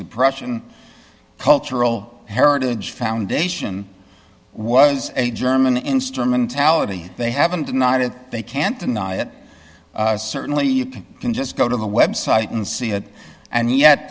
the pression cultural heritage foundation was a german instrumentality they haven't denied it they can't deny it certainly you can just go to the website and see that and yet